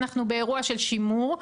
אנחנו באירוע של שימור.